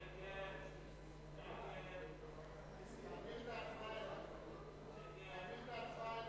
ההצעה להסיר מסדר-היום את הצעת חוק